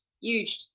huge